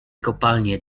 kopalnie